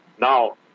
Now